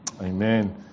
Amen